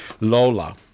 Lola